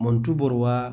मन्थु बर'आ